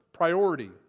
priority